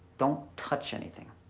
don't touch anything.